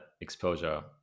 exposure